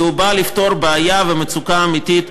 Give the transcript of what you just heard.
כי הוא בא לפתור בעיה ומצוקה אמיתית.